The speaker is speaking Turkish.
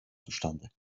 suçlandı